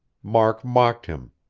mark mocked him.